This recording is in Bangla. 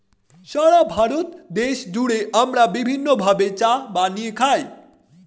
সারা ভারত দেশ জুড়ে আমরা বিভিন্ন ভাবে চা বানিয়ে খাই